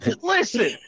listen